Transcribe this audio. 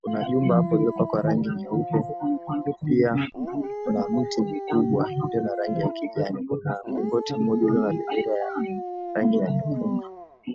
Kuna jumba hapo iliyopakwa rangi nyeupe. Pia kuna mti mkubwa ulio na rangi ya kijani. Kuna mlingoti moja iliyo na bendera ya rangi ya nyekundu.